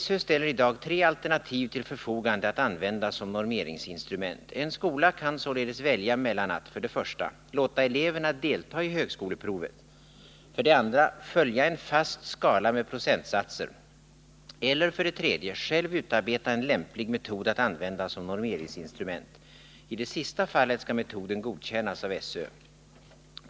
SÖ ställer i dag tre alternativ till förfogande att användas som normeringsinstrument. En skola kan således välja mellan att 1) låta eleverna delta i högskoleprovet, 2) följa en fast skala med procentsatser eller 3) själv utarbeta en lämplig metod att användas som normeringsinstrument. I det sista fallet skall metoden godkännas av SÖ.